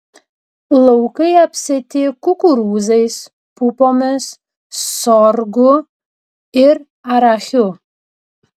laukai apsėti kukurūzais pupomis sorgu ir arachiu